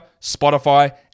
Spotify